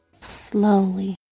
Slowly